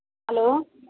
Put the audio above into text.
hello